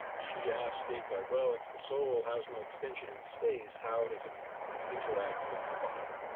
she asked descartes well, if the soul has no extension in space, how does it interact with the body.